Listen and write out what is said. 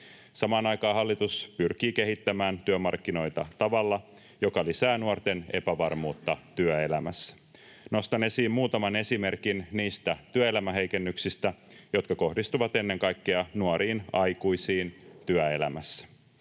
Samaan aikaan hallitus pyrkii kehittämään työmarkkinoita tavalla, joka lisää nuorten epävarmuutta työelämässä. Nostan esiin muutaman esimerkin niistä työelämäheikennyksistä, jotka kohdistuvat ennen kaikkea nuoriin aikuisiin työelämässä.